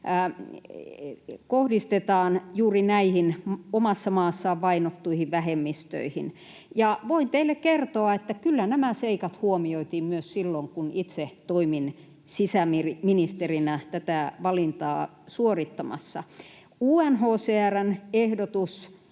kohdistetaan juuri näihin omassa maassaan vainottuihin vähemmistöihin. Voin teille kertoa, että kyllä nämä seikat huomioitiin myös silloin, kun itse toimin sisäministerinä tätä valintaa suorittamassa. UNHCR:n ehdotus